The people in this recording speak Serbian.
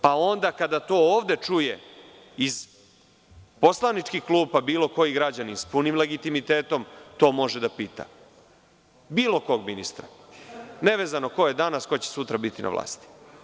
Pa onda, kada to ovde čuje, iz poslaničkih klupa, bilo koji građanin s punim legitimitetom to može da pita bilo kog ministra, nevezano ko je danas, ko će sutra biti na vlasti.